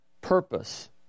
purpose